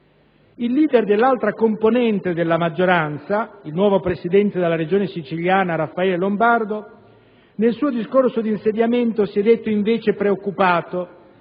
Il *leader* dell'altra componente della maggioranza, il nuovo Presidente della Regione siciliana, Raffaele Lombardo, nel suo discorso di insediamento si è detto invece preoccupato